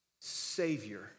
Savior